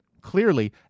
Clearly